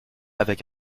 avec